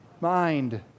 mind